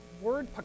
word